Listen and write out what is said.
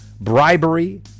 bribery